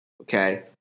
Okay